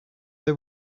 they